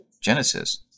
Genesis